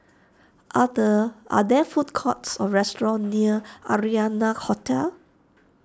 are the are there food courts or restaurants near Arianna Hotel